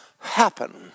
happen